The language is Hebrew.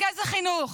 רק איזה חינוך?